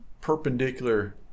perpendicular